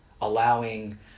allowing